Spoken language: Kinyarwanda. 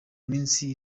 minsi